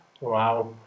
Wow